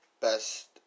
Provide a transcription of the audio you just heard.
Best